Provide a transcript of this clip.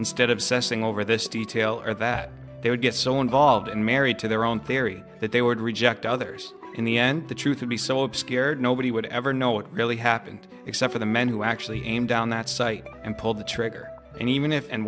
instead obsessing over this detail or that they would get so involved and married to their own theory that they would reject others in the end the truth would be so obscured nobody would ever know what really happened except for the men who actually came down that site and pulled the trigger and even if and